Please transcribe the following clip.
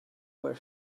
where